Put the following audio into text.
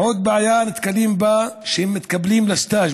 עוד בעיה שנתקלים בה כשהם מתקבלים לסטאז',